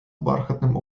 бархатним